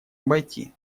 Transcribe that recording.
обойти